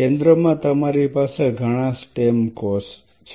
કેન્દ્રમાં તમારી પાસે ઘણા સ્ટેમ કોષ છે